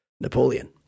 Napoleon